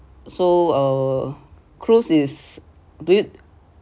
so uh cruise is do you